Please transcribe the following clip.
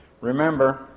remember